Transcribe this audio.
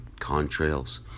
contrails